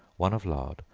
one of lard,